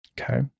okay